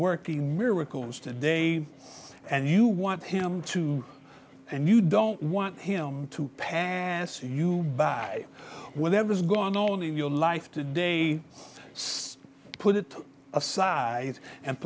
working miracles to day and you want him to and you don't want him to pass you by whatever's gone all your life to day put it aside and